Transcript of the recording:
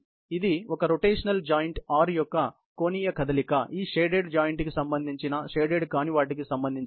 ఇది ఒక rotational joint R యొక్క కోణీయ కదలిక ఈ షేడెడ్ జాయింట్ కి సంబంధించి షేడెడ్ కాని వాటికి సంబంధించినది